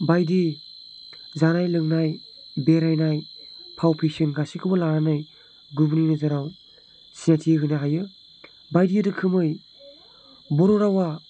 बायदि जानाय लोंनाय बेरायनाय फाव फेशन गासिखौबो लानानै गुबुननि नोजोराव सिनायथि होनो हायो बायदि रोखोमै बर' रावा